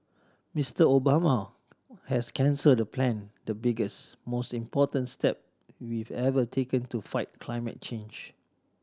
Mister Obama has canceled the plan the biggest most important step we've ever taken to fight climate change